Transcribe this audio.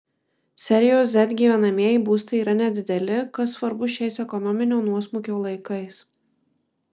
serijos z gyvenamieji būstai yra nedideli kas svarbu šiais ekonominio nuosmukio laikais